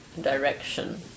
direction